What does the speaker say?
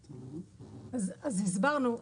הסברנו.